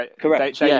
correct